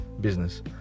business